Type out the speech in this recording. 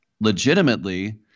legitimately